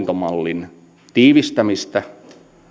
nykyisen pirstaleisen hallintomallin tiivistämistä